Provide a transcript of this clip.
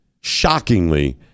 shockingly